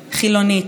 פלורליסטית,